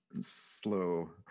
slow